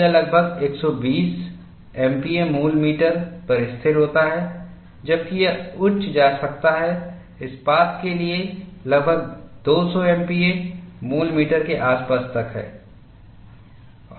तो यह लगभग 120 एमपीए मूल मीटर पर स्थिर होता है जबकि यह उच्च जा सकता है इस्पात के लिए लगभग 200 एमपीए मूल मीटर के आसपास तक है